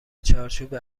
چارچوب